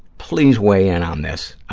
please weigh in on this.